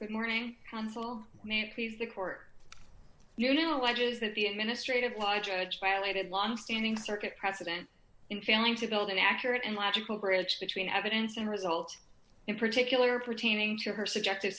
that morning counsel please the court you know i do is that the administrative law judge violated longstanding circuit precedent in failing to build an accurate and logical bridge between evidence and result in particular pertaining to her subjective